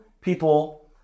people